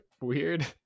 Weird